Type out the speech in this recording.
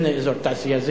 אין אזור תעשייה,